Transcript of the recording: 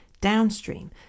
downstream